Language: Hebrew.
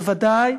בוודאי,